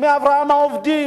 דמי הבראה מהעובדים,